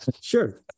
sure